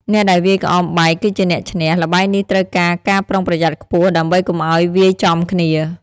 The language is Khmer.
អ្នកដែលវាយក្អមបែក គឺជាអ្នកឈ្នះ។ ល្បែងនេះត្រូវការការប្រុងប្រយ័ត្នខ្ពស់ ដើម្បីកុំឱ្យវាយចំគ្នា ។